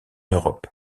europe